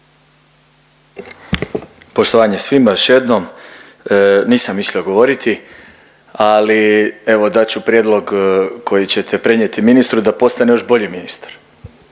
Poštovanje svima još jednom. Nisam mislio govoriti, ali evo dat ću prijedlog koji ćete prenijeti ministru da postane još bolji ministar.